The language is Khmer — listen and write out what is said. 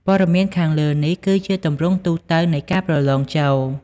ព័ត៌មានខាងលើនេះគឺជាទម្រង់ទូទៅនៃការប្រឡងចូល។